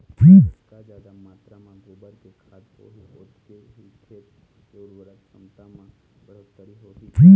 जतका जादा मातरा म गोबर के खाद होही ओतके ही खेत के उरवरक छमता म बड़होत्तरी होही